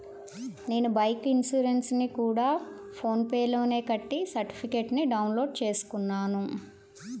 నేను బైకు ఇన్సురెన్సుని గూడా ఫోన్ పే లోనే కట్టి సర్టిఫికేట్టుని డౌన్ లోడు చేసుకున్నాను